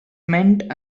meant